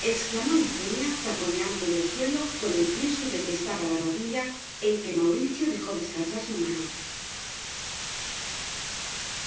exclamó eugenia taconeando en el suelo con el pie sobre que estaba la rodilla en que mauricio dejó descansar su mano